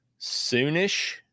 soonish